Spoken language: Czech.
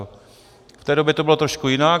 V té době to bylo trošku jinak.